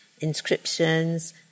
inscriptions